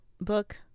book